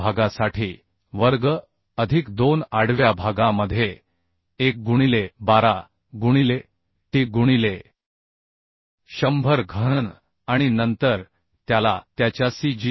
या भागासाठी वर्ग अधिक 2 आडव्या भागामध्ये 1 गुणिले 12 गुणिले t गुणिले 100 घन आणि नंतर त्याला त्याच्या सी